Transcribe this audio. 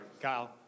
Kyle